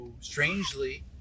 strangely